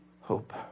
hope